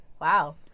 Wow